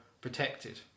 protected